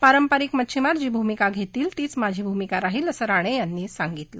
पारंपरिक मच्छिमार जी भूमिका घेतली तीच माझी भूमिका राहील असं राणे यांनी सांगितलं